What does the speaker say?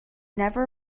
never